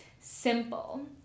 simple